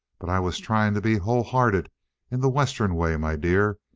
but i was trying to be wholehearted in the western way, my dear,